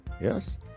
Yes